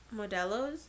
Modelos